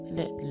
let